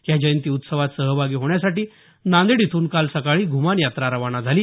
या जयंती उत्सवात सहभागी होण्यासाठी नांदेड इथून काल सकाळी घुमान यात्रा रवाना झाली